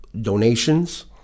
donations